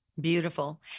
Beautiful